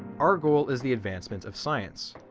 our goal is the advancement of science,